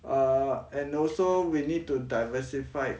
err and also we need to diversify